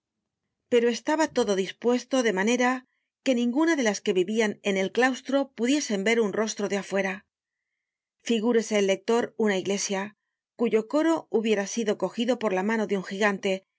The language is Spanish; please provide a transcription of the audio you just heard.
pero estaba todo dispuesto de manera que ninguna de las que vivian en el claustro pudiese ver un rostro de afuera figúrese el lector una iglesia cuyo coro hubiera sido cogido por la mano de un gigante